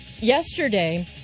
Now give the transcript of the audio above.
yesterday